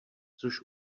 což